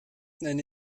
nenne